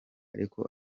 ariko